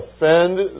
offend